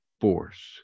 force